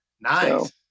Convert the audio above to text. Nice